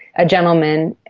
a gentleman,